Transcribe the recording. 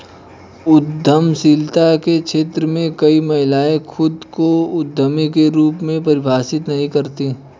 उद्यमशीलता के क्षेत्र में कई महिलाएं खुद को उद्यमी के रूप में परिभाषित नहीं करती